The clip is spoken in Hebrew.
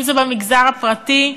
אם זה במגזר הפרטי,